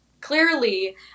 Clearly